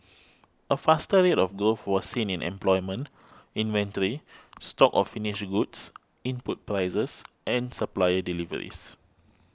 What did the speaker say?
a faster rate of growth was seen in employment inventory stocks of finished goods input prices and supplier deliveries